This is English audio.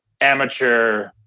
amateur